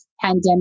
pandemic